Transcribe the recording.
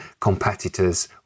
competitors